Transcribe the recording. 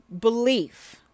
belief